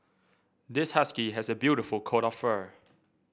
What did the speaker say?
this husky has a beautiful coat of fur